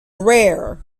rare